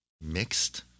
mixed